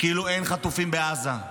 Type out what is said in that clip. כאילו אין חטופים בעזה,